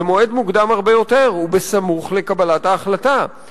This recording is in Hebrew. במועד מוקדם הרבה יותר ובסמוך לקבלת ההחלטה,